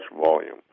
volume